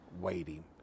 waiting